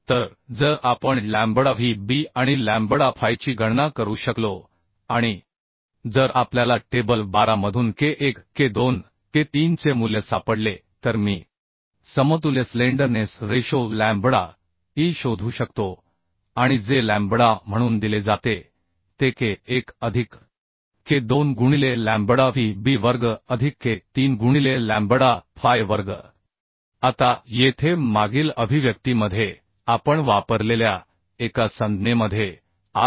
तर जर आपण लॅम्बडा व्ही बी आणि लॅम्बडा फायची गणना करू शकलो आणि जर आपल्याला टेबल 12 मधून के 1 के 2 के 3 चे मूल्य सापडले तर मी समतुल्य स्लेंडरनेस रेशो लॅम्बडा ई शोधू शकतो आणि जे लॅम्बडा म्हणून दिले जाते ते के 1 अधिक के 2 गुणिले लॅम्बडा व्ही बी वर्ग अधिक के 3 गुणिले लॅम्बडा फाय वर्ग आता येथे मागील अभिव्यक्तीमध्ये आपण वापरलेल्या एका संज्ञेमध्ये आर